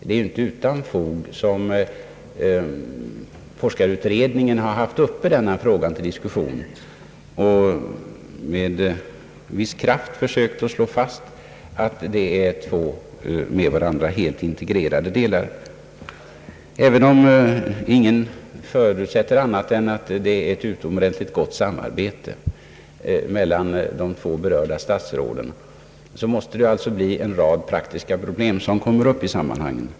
Det är inte utan fog som forskarutredningen haft frågan uppe till diskussion och med viss kraft försökt slå fast att det är två med varandra helt integrerade delar. Även om ingen förutsätter annat än att det råder ett utomordentligt gott samarbete mellan de två berörda statsråden, måste det alltså bli en rad praktiska problem som kommer upp i olika sammanhang.